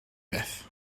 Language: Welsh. beth